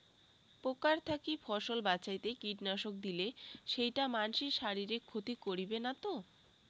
পোকার থাকি ফসল বাঁচাইতে কীটনাশক দিলে সেইটা মানসির শারীরিক ক্ষতি করিবে না তো?